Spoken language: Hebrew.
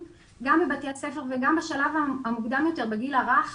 גם בבתי הספר וגם בשלב המוקדם יותר בגיל הרך,